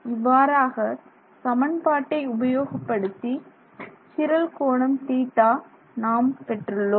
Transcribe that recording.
இவ்வாறாக சமன்பாட்டை உபயோகப்படுத்தி சிரல் கோணம் θ நாம் பெற்றுள்ளோம்